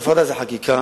הפרדה זה חקיקה,